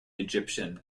egyptian